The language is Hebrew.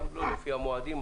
לא לפי המועדים,